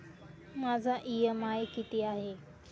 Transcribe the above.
माझा इ.एम.आय किती आहे?